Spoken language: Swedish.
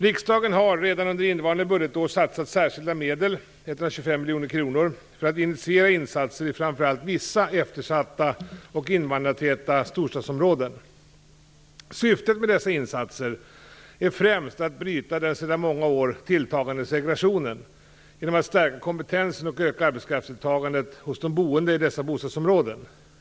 Riksdagen har redan under innevarande budgetår satsat särskilda medel, 125 miljoner kronor, för att initiera insatser i framför allt vissa eftersatta och invandrartäta storstadsområden. Syftet med dessa insatser är främst att bryta den sedan många år tilltagande segregationen genom att stärka kompetensen och öka arbetskraftsdeltagandet hos de boende i dessa bostadsområden.